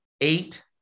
Eight